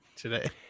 Today